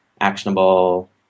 actionable